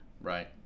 Right